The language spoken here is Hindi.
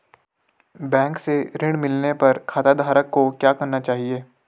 बैंक से ऋण मिलने पर खाताधारक को क्या करना चाहिए?